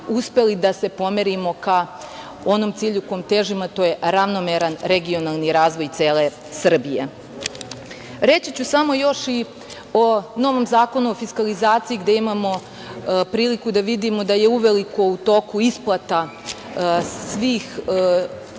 uspeli da se pomerimo ka onom cilju kom težimo, a to je ravnomeran regionalan razvoj cele Srbije. Reći ću samo još nešto o novom Zakonu o fiskalizaciji, gde imamo priliku da vidimo da je uveliko u toku isplata svih